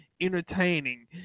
entertaining